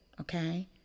okay